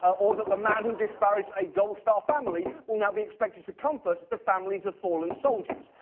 or that the man who disparaged a gold star family will now be expected to comfort the families of fallen soldiers?